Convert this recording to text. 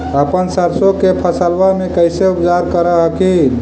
अपन सरसो के फसल्बा मे कैसे उपचार कर हखिन?